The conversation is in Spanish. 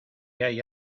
hay